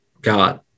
god